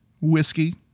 whiskey